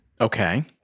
Okay